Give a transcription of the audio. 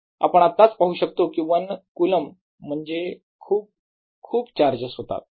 आपण आताच पाहू शकता कि 1 कुलम म्हणजे खूप खूप चार्जेस होतात